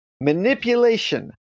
Manipulation